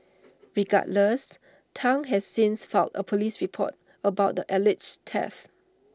regardless Tang has since filed A Police report about the alleged theft